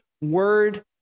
word